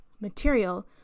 material